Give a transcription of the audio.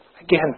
Again